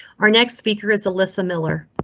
our next speaker is alisa miller.